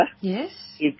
Yes